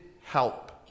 help